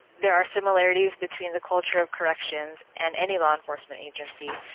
there are similarities between the culture of corrections and any law enforcement agency,